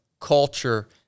culture